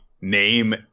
name